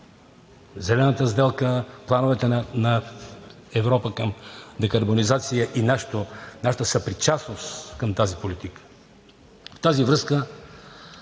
Зелената сделка, плановете на Европа към декарбонизация и нашата съпричастност към тази политика.